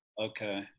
okay